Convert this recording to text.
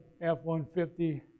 F-150